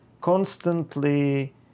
constantly